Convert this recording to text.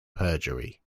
perjury